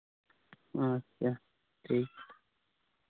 ᱟᱪᱪᱷᱟ ᱴᱷᱤᱠ